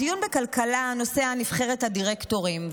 בדיון בכלכלה הנושא היה נבחרת הדירקטורים.